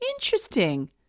interesting